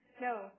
No